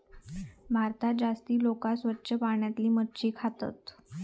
भारतात जास्ती लोका स्वच्छ पाण्यातली मच्छी खातत